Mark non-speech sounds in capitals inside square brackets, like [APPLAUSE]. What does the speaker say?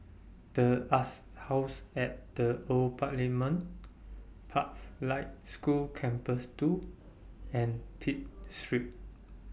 [NOISE] The Arts House At The Old Parliament Pathlight School Campus two and Pitt Street